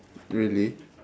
really